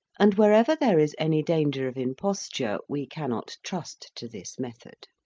and wherever there is any danger of imposture we cannot trust to this method.